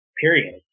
Period